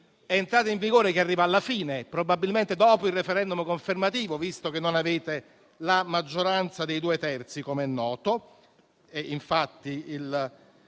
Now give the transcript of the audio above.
Un'entrata in vigore che arriva alla fine, probabilmente dopo il *referendum* confermativo, visto che non avete la maggioranza dei due terzi, come è noto.